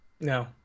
No